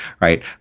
right